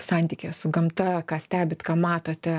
santykyje su gamta ką stebit ką matote